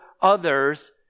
others